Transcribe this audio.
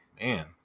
Man